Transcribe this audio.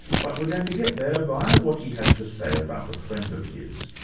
but we're going to get there via what he had to say about a friend of his,